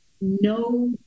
no